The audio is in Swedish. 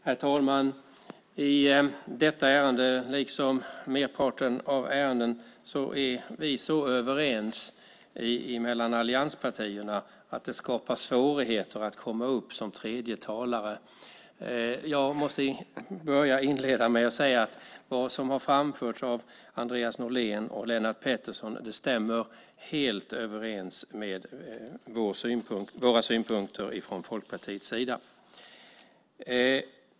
Herr talman! I detta ärende, liksom i merparten av ärendena, är vi så överens mellan allianspartierna att det skapar svårigheter att komma som tredje talare. Jag måste inleda med att säga att vad som har framförts av Andreas Norlén och Lennart Pettersson helt stämmer överens med våra synpunkter från Folkpartiets sida.